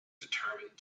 determined